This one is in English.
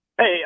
Hey